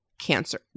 cancer